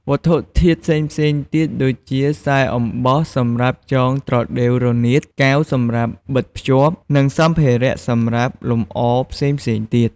វត្ថុធាតុផ្សេងៗទៀត ដូចជាខ្សែអំបោះសម្រាប់ចងត្រដេវរនាត កាវសម្រាប់បិទភ្ជាប់ និងសម្ភារៈសម្រាប់លម្អផ្សេងៗទៀត។